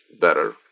better